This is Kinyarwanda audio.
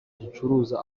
gicuruza